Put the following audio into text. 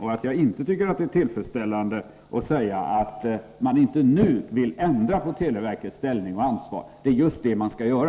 Jag tycker inte att det är tillfredsställande att höra att man inte nu vill ändra på televerkets ställning och ansvar. Det är just det man skall göra.